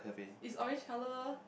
is orange colour